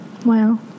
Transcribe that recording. Wow